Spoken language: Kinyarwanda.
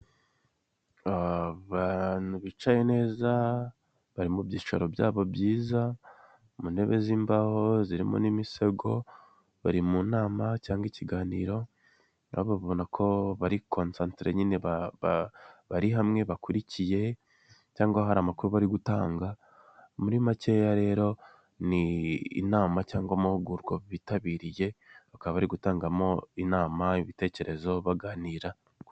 Abantu bicaye neza, bari mu byicaro byabo byiza, mu ntebe z'imbaho zirimo n'imisego, bari mu nama cyangwa ikiganiro, urababona ko bari konsantere nyine bari hamwe bakurikiye cyangwa hari amakuru bari gutanga, muri makeya rero, ni inama cyangwa amahugurwa bitabiriye, bakaba bari gutangamo inama, ibitekerezo, baganira.